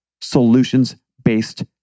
solutions-based